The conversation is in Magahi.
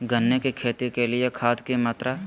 गन्ने की खेती के लिए खाद की मात्रा?